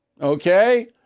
Okay